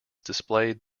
displayed